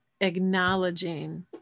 acknowledging